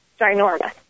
ginormous